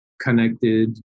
connected